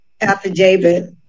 affidavit